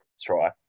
try